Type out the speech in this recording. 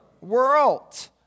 world